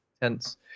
tense